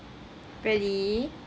really